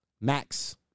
max